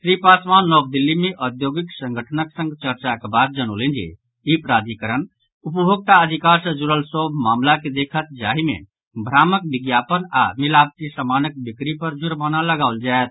श्री पासवान नव दिल्ली मे औद्योगिक संगठनक संग चर्चाक बाद जनौलनि जे ई प्राधिकरण उपभोक्ता अधिकार सँ जुड़ल सभ मामिला के देखत जाहि मे भ्रामक विज्ञापन आओर मिलावटी समानक बिक्री पर जुर्माना लगाओल जायत